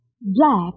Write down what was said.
Black